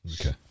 Okay